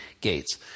gates